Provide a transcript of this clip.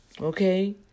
Okay